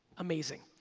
amazing.